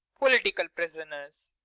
political prisoners!